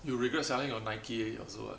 you regret selling your Nike also [what]